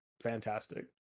fantastic